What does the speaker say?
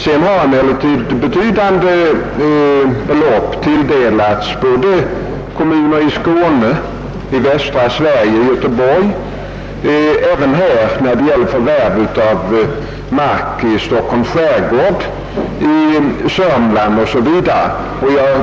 Sedan har emellertid betydande belopp tilldelats både kommuner i Skåne, i västra Sverige och Göteborg, och även här uppe har medel åtgått för förvärv av mark i Stockholms skärgård, i Sörmland 0. s. v.